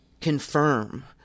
confirm